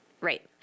right